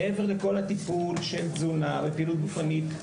מעבר לכל הטיפול של תזונה ופעילות גופנית,